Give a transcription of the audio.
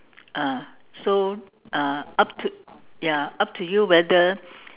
ah so uh up to ya up to you whether